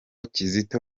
kizito